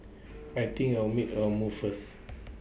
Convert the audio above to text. I think I'll make A move first